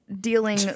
dealing